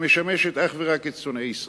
שמשמשת אך ורק את שונאי ישראל.